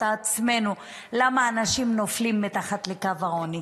עצמנו למה אנשים נופלים מתחת לקו העוני,